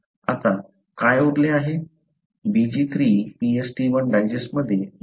आता काय उरले आहे BglII PstI डायजेस्टमध्ये 0